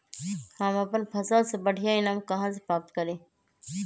हम अपन फसल से बढ़िया ईनाम कहाँ से प्राप्त करी?